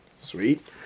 Sweet